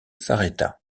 s’arrêta